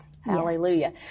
Hallelujah